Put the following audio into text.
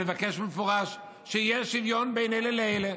אני מבקש במפורש שיהיה שוויון בין אלה לאלה.